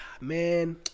man